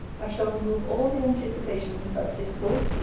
i shall remove all the anticipations that discourse,